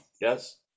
Yes